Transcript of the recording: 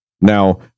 Now